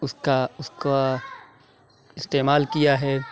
اُس کا اُس کا استعمال کیا ہے